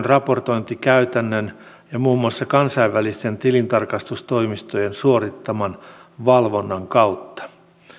raportointikäytännön ja muun muassa kansainvälisten tilintarkastustoimistojen suorittaman valvonnan kautta